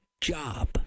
job